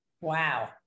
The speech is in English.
Wow